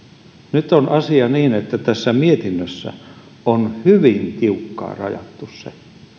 nyt on asia niin että tässä mietinnössä on hyvin tiukkaan rajattu se